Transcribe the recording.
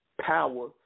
power